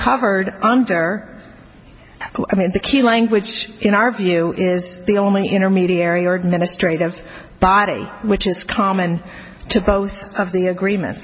covered under i mean the key language in our view is be only intermediary org ministre does body which is common to both of the agreement